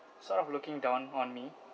sort of looking down on me